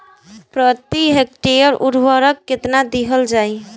प्रति हेक्टेयर उर्वरक केतना दिहल जाई?